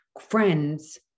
friends